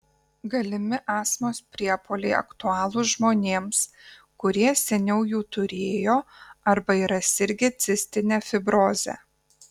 galimi astmos priepuoliai aktualūs žmonėms kurie seniau jų turėjo arba yra sirgę cistine fibroze